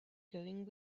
going